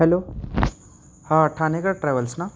hello हां Thanekar travels ना